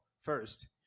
first